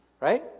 Right